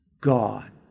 God